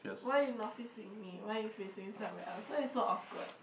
why you not facing me why you facing somewhere else why you so awkward